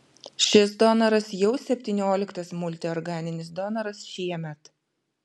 šis donoras jau septynioliktas multiorganinis donoras šiemet